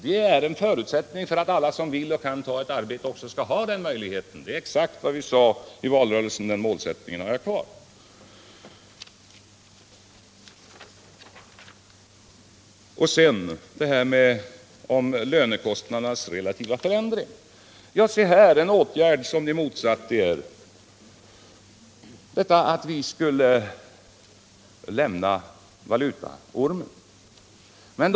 Det är en förutsättning för att alla som vill och kan ta ett arbete också skall ha den möjligheten. Det är exakt vad jag sade i valrörelsen, och den målsättningen har jag kvar. Sedan detta om lönekostnadernas relativa förändring. Ni motsatte er att Sverige skulle lämna valutaormen.